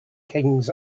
kings